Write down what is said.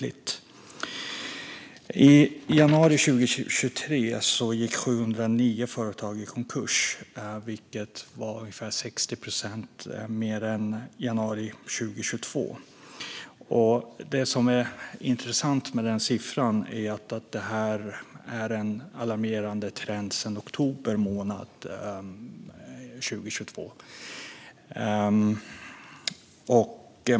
I januari 2023 gick 709 företag i konkurs, vilket var ungefär 60 procent mer än i januari 2022. Det som är intressant med den siffran är att det är en alarmerande trend sedan oktober månad 2022.